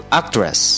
actress